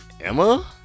Emma